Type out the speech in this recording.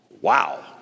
Wow